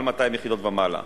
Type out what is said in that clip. מעל 200 יחידות ומעלה.